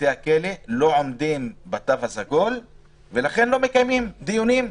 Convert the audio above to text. בתי הכלא לא עומדים בתו הסגול ולכן לא מקיימים דיונים.